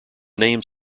name